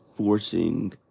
Forcing